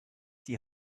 die